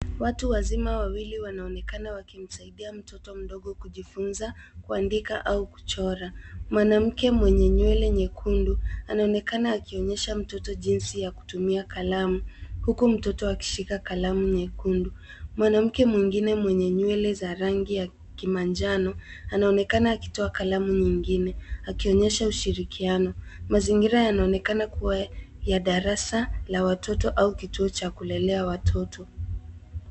Watu wazima wawili wanaonekana wakimsaidia mtoto mdogo kujifunza kuandika au kuchora. Mwanamke mwenye nywele nyekundu anaonekana akionyesha mtoto jinsi ya kutumia kalamu, huku mtoto akishika kalamu nyekundu. Mwanamke mwingine mwenye nywele za rangi ya kimanjano, anaonekana akitoa kalamu nyingine, akionyesha ushirikiano. Mazingira yanaonekana kuwa ya darasa la watoto au kituo cha kulelea watoto.